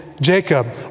Jacob